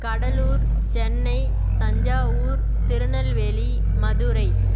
Cuddalore Chennai Thanjavur Tirunelveli Madurai